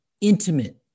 intimate